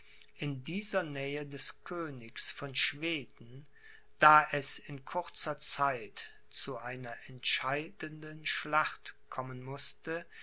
in dieser nähe des königs von schweden da es in kurzer zeit zu einer entscheidenden schlacht kommen mußte